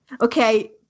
Okay